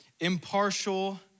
impartial